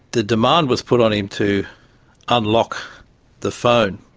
the demand was put on him to unlock the phone.